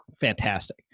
fantastic